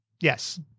Yes